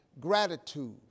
gratitude